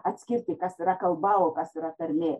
atskirti kas yra kalba o kas yra tarmė